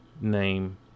name